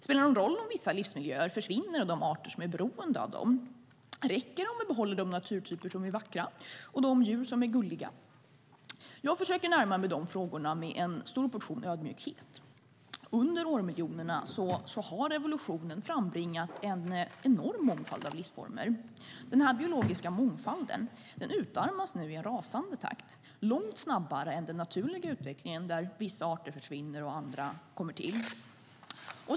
Spelar det någon roll om vissa livsmiljöer och de arter som är beroende av dem försvinner? Räcker det om vi behåller de naturtyper som är vackra och de djur som är gulliga? Jag försöker närma mig dessa frågor med en stor portion ödmjukhet. Under årmiljonerna har evolutionen frambringat en enorm mångfald av livsformer. Denna biologiska mångfald utarmas nu i en rasande takt, långt snabbare än den naturliga utvecklingen där vissa arter försvinner och andra kommer till.